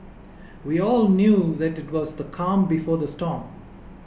we all knew that it was the calm before the storm